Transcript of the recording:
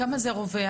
כמה זה רווח?